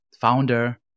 founder